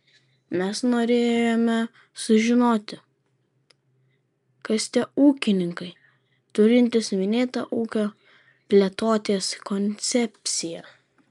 mes norėjome sužinoti kas tie ūkininkai turintys minėtą ūkio plėtotės koncepciją